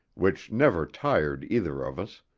which never tired either of us,